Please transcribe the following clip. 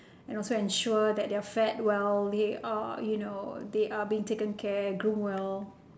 and also ensure that they are fed well they are you know they are being taken care groomed well